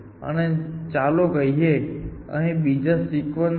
અને ચાલો કહીએ કે અહીં બીજો સિક્વન્સ છે